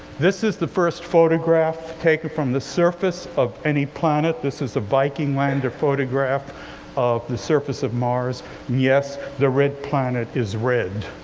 this is the first photograph taken from the surface of any planet. this is a viking lander photograph of the surface of mars. and yes, the red planet is red.